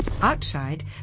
Outside